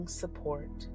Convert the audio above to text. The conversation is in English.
support